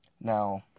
now